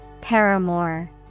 paramour